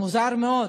מוזר מאוד.